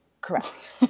correct